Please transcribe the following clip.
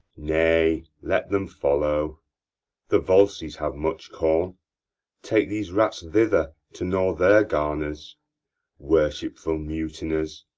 nay, let them follow the volsces have much corn take these rats thither to gnaw their garners worshipful mutineers,